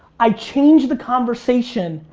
i change the conversation,